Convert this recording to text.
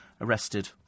arrested